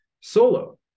Solo